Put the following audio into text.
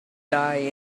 die